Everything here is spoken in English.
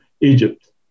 Egypt